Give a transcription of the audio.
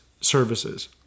services